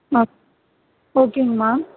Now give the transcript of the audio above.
ma'am ஓகேங்க ma'am